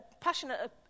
passionate